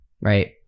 Right